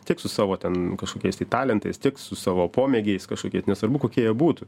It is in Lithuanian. tiek su savo ten kažkokiais tai talentais tiek su savo pomėgiais kažkokiais nesvarbu kokie jie būtų